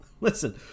Listen